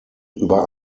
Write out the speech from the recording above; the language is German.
über